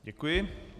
Děkuji.